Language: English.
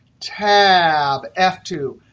tab f two.